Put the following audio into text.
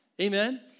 Amen